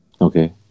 Okay